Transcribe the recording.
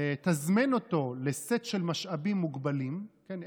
לתזמן אותו לסט של משאבים מוגבלים, כן?